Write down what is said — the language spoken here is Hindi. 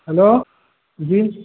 हैलो जी